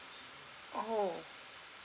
oh